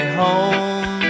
home